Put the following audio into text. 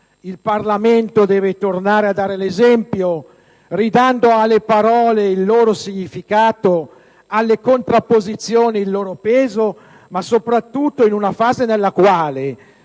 Il Parlamento deve tornare a dare l'esempio, ridando alle parole il loro significato e alle contrapposizioni il loro peso. Soprattutto, in una fase nella quale